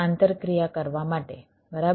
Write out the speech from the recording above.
આંતરક્રિયા કરવા માટે બરાબર